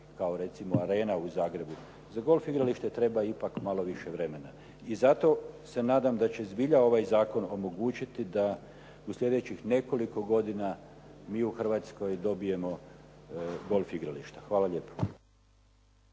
kao recimo «Arena» u Zagrebu. Za golf igralište treba ipak malo više vremena. I zato se nadam da će zbilja ovaj zakon omogućiti da u sljedećih nekoliko godina mi u Hrvatskoj dobijemo golf igrališta. Hvala lijepo.